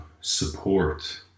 support